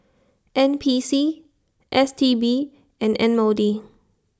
N P C S T B and M O D